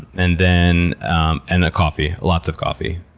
and then um and coffee. lots of coffee.